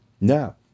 Now